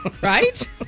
right